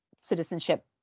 citizenship